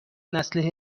نسل